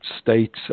States